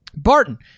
Barton